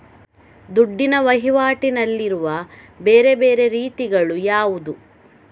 ದುಡ್ಡಿನ ವಹಿವಾಟಿನಲ್ಲಿರುವ ಬೇರೆ ಬೇರೆ ರೀತಿಗಳು ಯಾವುದು?